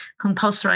compulsory